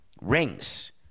rings